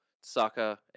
Saka